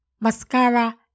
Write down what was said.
Mascara